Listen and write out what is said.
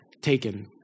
taken